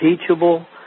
teachable